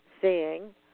seeing